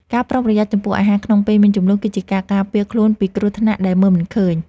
ការប្រុងប្រយ័ត្នចំពោះអាហារក្នុងពេលមានជម្លោះគឺជាការការពារខ្លួនពីគ្រោះថ្នាក់ដែលមើលមិនឃើញ។